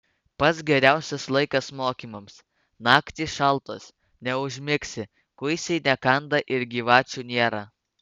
pats geriausias laikas mokymams naktys šaltos neužmigsi kuisiai nekanda ir gyvačių nėra